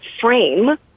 frame